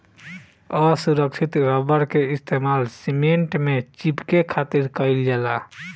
असुरक्षित रबड़ के इस्तेमाल सीमेंट में चिपके खातिर कईल जाला